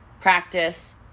practice